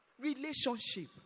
Relationship